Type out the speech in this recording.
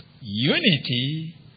unity